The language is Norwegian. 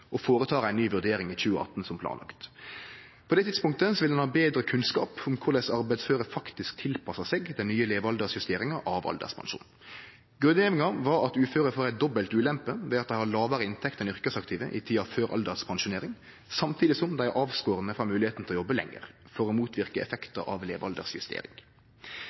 og gjer ei ny vurdering i 2018, som planlagt. På det tidspunktet vil ein ha betre kunnskap om korleis arbeidsføre faktisk tilpassar seg den nye levealdersjusteringa av alderspensjonen. Grunngjevinga var at uføre får dobbel ulempe ved at dei har lågare inntekt enn yrkesaktive i tida før alderspensjonering, samtidig som de er avskorne frå moglegheita til å jobbe lenger for å motverke effekten av